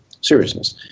seriousness